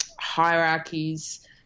hierarchies